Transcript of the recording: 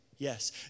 Yes